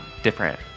different